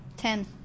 Ten